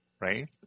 right